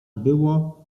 było